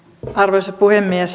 arvoisa puhemies